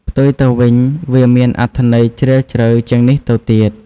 ផ្ទុយទៅវិញ វាមានអត្ថន័យជ្រាលជ្រៅជាងនេះទៅទៀត។